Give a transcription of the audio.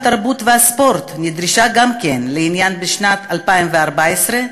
התרבות והספורט נדרשה גם היא לעניין בשנת 2014,